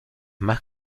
más